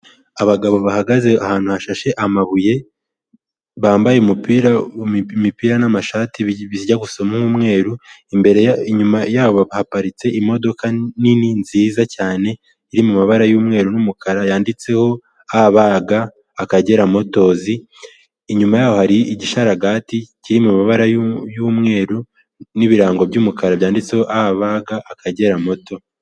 Abagabo bahagaze ahantu hashashe amabuye, bambaye umupira imipira n'amashati bijya gusa nk'umweru, imbere inyuma yabo baparitse imodoka nini nziza cyane iri mu mabara y'umweru n'umukara, yanditseho a ba ga akagera motozi, inyuma yaho hari igishararagati kiri mu ma mabara y'umweru n'ibirango by'umukara byanditseho a ba ga akagera moto.